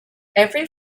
every